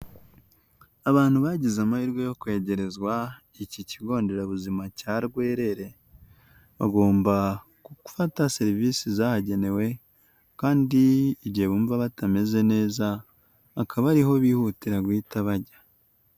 Abantu bagize amahirwe yo kwegerezwa iki kigo nderabuzima cya Rwerere, bagomba gufata serivise zahagenewe kandi igihe bumva batameze neza bakaba ariho bihutira guhita bajya.